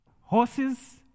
horses